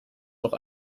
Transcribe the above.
auch